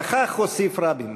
וכך הוסיף רבין: